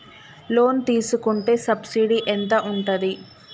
Loan తీసుకుంటే subsidy ఎంత ఉంటది?